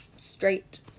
straight